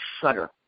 shudder